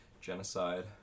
genocide